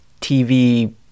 TV